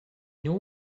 knew